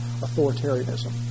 authoritarianism